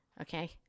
Okay